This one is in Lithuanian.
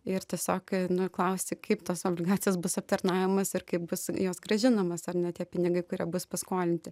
ir tiesiog nu klausti kaip tos obligacijos bus aptarnaujamos ir kaip bus jos grąžinamas ar ne tie pinigai kurie bus paskolinti